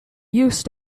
used